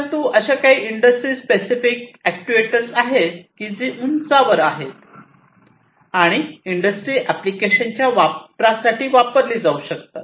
परंतु अशी काही इंडस्ट्री स्पेसिफिक अॅक्ट्युएटर्स आहेत जी उंचावर आहेत आणि इंडस्ट्री ऍप्लिकेशनच्या वापरासाठी वापरली जाऊ शकतात